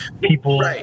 people